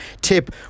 Tip